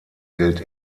gilt